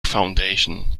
foundation